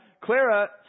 Clara